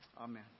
Amen